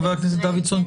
חה"כ דוידסון,